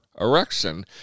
erection